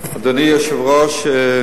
אדוני היושב-ראש,